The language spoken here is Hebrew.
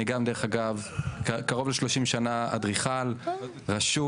אני גם דרך אגב קרוב ל-30 שנים אדריכל רשוי,